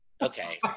okay